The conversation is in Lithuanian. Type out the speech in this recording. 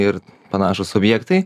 ir panašūs objektai